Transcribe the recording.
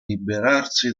liberarsi